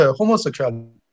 homosexuality